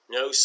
No